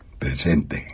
presente